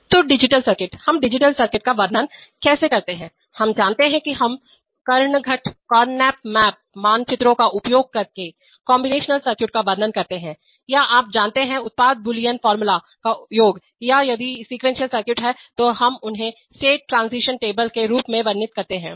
तो digital circuit हम digital circuit का वर्णन कैसे करते हैं हम जानते हैं कि हम कर्णघट मानचित्रों का उपयोग करके कांबिनेशनल सर्किटों का वर्णन करते हैं या आप जानते हैं उत्पाद बूलियन फार्मूला का योग या यदि सीक्वेंशियल सर्किट हैं तो हम उन्हें स्टेट ट्रांजीशन टेबल के रूप में वर्णित करते हैं